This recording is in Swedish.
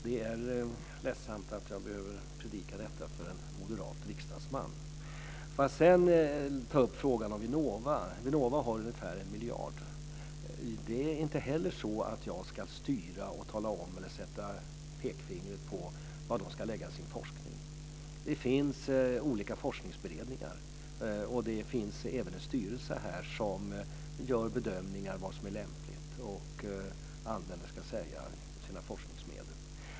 Jag är ledsen att behöva predika detta för en moderat riksdagsman. Får jag sedan ta upp frågan om Vinnova. Vinnova har ungefär 1 miljard. Där är det inte heller så att jag ska styra och tala om eller sätta pekfingret på var de ska lägga sin forskning. Det finns olika forskningsberedningar, och det finns även en styrelse som gör bedömningar av vad som är lämpligt och var man ska använda sina forskningsmedel.